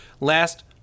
last